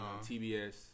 TBS